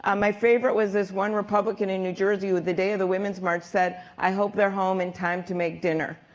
um my favorite was this one republican in new jersey the day of the women's march said i hope they're home in time to make dinner.